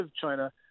China